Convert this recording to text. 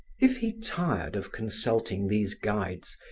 if he tired of consulting these guides,